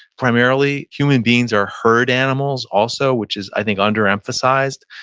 primarily, human beings are herd animals also, which is i think under emphasized.